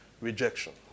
rejection